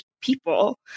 people